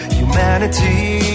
humanity